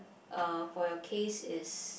uh for your case is